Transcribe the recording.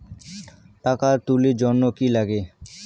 টাকা তুলির জন্যে কি লাগে?